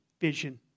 vision